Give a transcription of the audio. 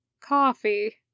coffee